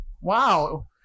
Wow